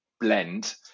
blend